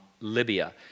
Libya